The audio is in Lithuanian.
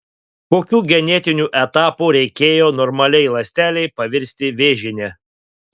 kokių genetinių etapų reikėjo normaliai ląstelei pavirsti vėžine